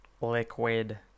Liquid